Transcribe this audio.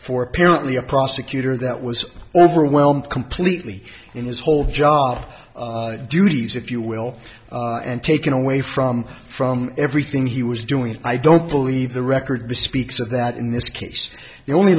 for apparently a prosecutor that was overwhelmed completely in his whole job duties if you will and taking away from from everything he was doing i don't believe the record speaks to that in this case the only